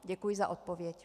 Děkuji za odpověď.